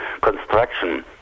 construction